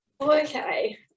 Okay